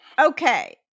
Okay